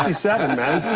seven, man,